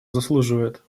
заслуживает